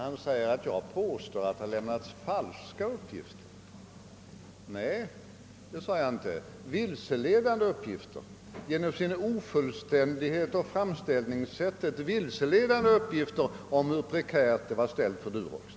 Han talar om att jag skulle ha sagt att det har lämnats falska uppgifter i fråga om Durox. : Nej, det gjorde jag inte, jag sade »vilseledande» uppgifter. Det har lämnats genom sin ofullständighet och genom framställningssättet vilseledande uppgifter, som inte visade hur prekärt det var ställt för Durox.